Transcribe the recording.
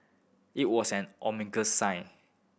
it was an ominous sign